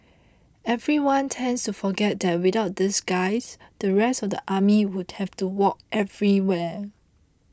everyone tends to forget that without these guys the rest of the army would have to walk everywhere